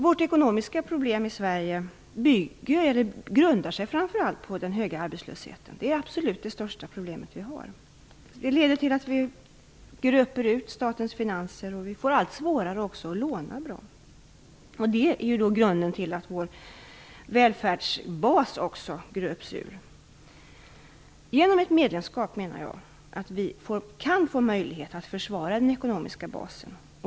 Vårt ekonomiska problem i Sverige grundar sig framför allt på den höga arbetslösheten. Det är det absolut största problemet som vi har. Arbetslösheten leder till att statens finanser gröps ur, och det blir allt svårare att få bra lån. Detta är grunden till att också vår välfärdsbas gröps ur. Genom ett medlemskap kan vi få möjlighet att försvara den ekonomiska basen.